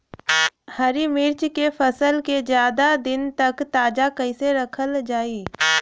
हरि मिर्च के फसल के ज्यादा दिन तक ताजा कइसे रखल जाई?